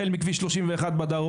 החל מכביש 31 בדרום,